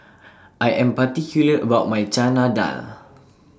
I Am particular about My Chana Dal